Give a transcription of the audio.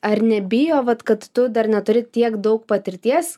ar nebijo vat kad tu dar neturi tiek daug patirties